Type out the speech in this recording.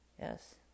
Yes